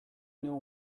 know